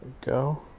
go